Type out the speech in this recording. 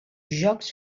jocs